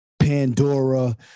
Pandora